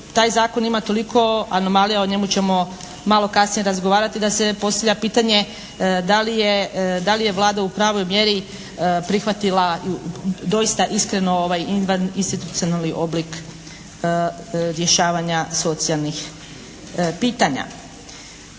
taj zakon ima toliko anomalija, o njemu ćemo malo kasnije razgovarati da se postavlja pitanje da li je Vlada u pravoj mjeri prihvatila i doista iskreno ovaj izvan institucionalni oblik rješavanja socijalnih pitanja?